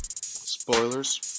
Spoilers